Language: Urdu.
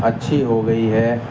اچھی ہو گئی ہے